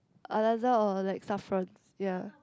Al-Azhar or like Saffron ya